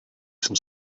some